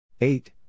Eight